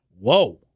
Whoa